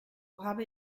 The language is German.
habe